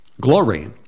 Glory